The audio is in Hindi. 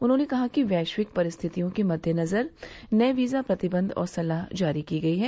उन्होंने कहा कि वैश्विक परिस्थितियों के मद्देनजर नये वीजा प्रतिबंध और सलाह जारी की गई है